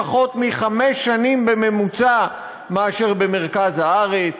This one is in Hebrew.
בממוצע פחות חמש שנים מאשר במרכז הארץ,